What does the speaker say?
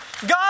God